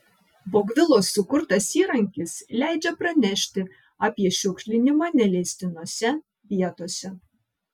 bogvilos sukurtas įrankis leidžia pranešti apie šiukšlinimą neleistinose vietose